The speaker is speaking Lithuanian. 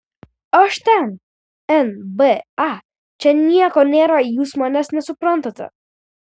aš ten nba čia nieko nėra jūs manęs nesuprantate